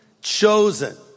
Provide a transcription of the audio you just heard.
chosen